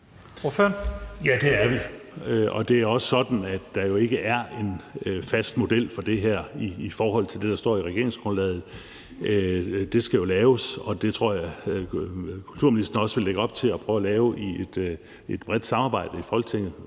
Ja, det er vi. Og det er også sådan, at der jo ikke er en fast model for det her i forhold til det, der står i regeringsgrundlaget. Det skal jo laves, og det tror jeg kulturministeren også vil lægge op til at prøve at lave i et bredt samarbejde i Folketinget,